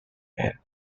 and